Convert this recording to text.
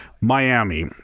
Miami